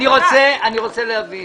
אני רוצה להבין.